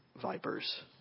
vipers